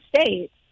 States